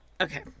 okay